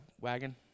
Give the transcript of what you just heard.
wagon